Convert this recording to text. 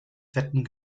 fetten